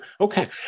Okay